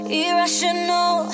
irrational